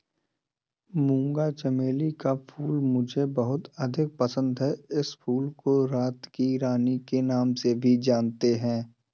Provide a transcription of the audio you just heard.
मूंगा चमेली का फूल मुझे बहुत अधिक पसंद है इस फूल को रात की रानी के नाम से भी जानते हैं